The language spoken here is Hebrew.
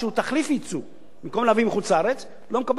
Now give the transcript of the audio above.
במקום להביא מחוץ-לארץ, לא מקבל פרוטה הנחה במס.